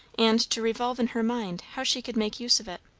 and to revolve in her mind how she could make use of it.